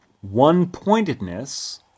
One-pointedness